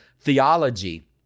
theology